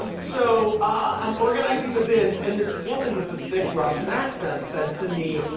um so i'm organizing the bins. and this woman with a thick russian accent said to me,